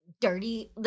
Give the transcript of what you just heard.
Dirty